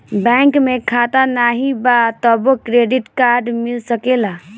Bank में खाता नाही बा तबो क्रेडिट कार्ड मिल सकेला?